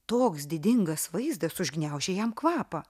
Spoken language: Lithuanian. toks didingas vaizdas užgniaužė jam kvapą